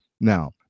Now